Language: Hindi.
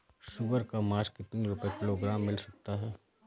सुअर का मांस कितनी रुपय किलोग्राम मिल सकता है?